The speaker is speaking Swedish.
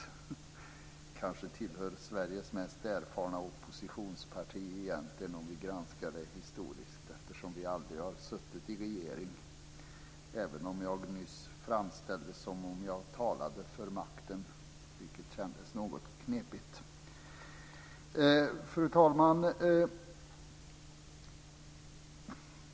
Egentligen kanske vi tillhör Sveriges mest erfarna oppositionsparti vid en historisk granskning eftersom vi aldrig har suttit i en regering, även om jag nyss framställdes som att ha talat för makten, vilket kändes något knepigt. Fru talman!